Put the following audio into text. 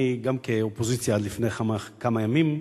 אני, גם כאופוזיציה עד לפני כמה ימים,